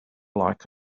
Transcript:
like